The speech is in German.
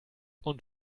und